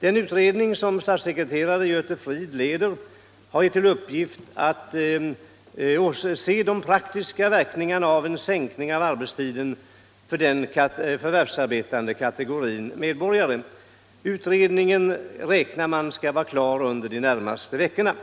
Den utredning som statssekreterare Göte Fridh leder har till uppgift att undersöka de praktiska verkningarna av en sänkning av arbetstiden för förvärvsarbetande. Utredningen räknar med att vara klar under de närmaste veckorna.